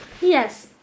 yes